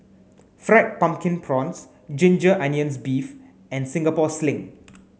fried pumpkin prawns ginger onions beef and Singapore sling